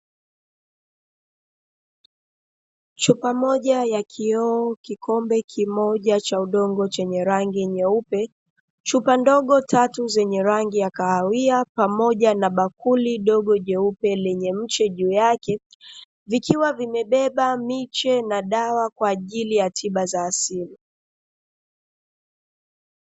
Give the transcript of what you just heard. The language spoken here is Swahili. Chupa moja ya kioo, kikombe kimoja cha udongo chenye rangi nyeupe, chupa ndogo tatu zenye rangi ya kahawia pamoja na bakuli dogo jeupe lenye mche juu yake, vikiwa vimebeba miche na dawa kwa ajili ya tiba za asili.